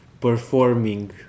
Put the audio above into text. performing